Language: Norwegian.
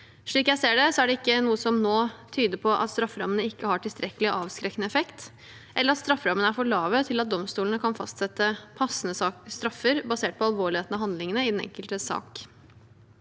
Slik jeg ser det, er det ikke noe som nå tyder på at strafferammene ikke har tilstrekkelig avskrekkende effekt, eller at strafferammene er for lave til at domstolene kan fastsette passende straffer basert på alvorligheten av handlingene i den enkelte sak.